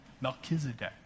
Melchizedek